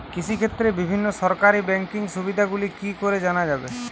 কৃষিক্ষেত্রে বিভিন্ন সরকারি ব্যকিং সুবিধাগুলি কি করে জানা যাবে?